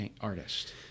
artist